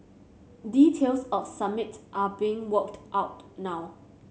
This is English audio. details of summit are being worked out now